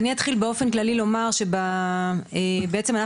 אני אתחיל ואומר שבאופן כללי אנחנו